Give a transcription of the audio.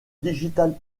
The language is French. digital